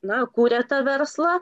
na kuria tą verslą